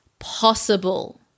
possible